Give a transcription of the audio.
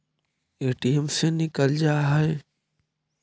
ATM से निकल जा है?